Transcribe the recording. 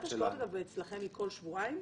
--- ועדת ההשקעות אצלכם היא בכל שבועיים?